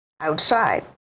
outside